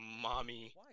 mommy